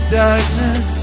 darkness